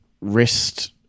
wrist